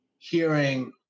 hearing